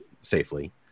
safely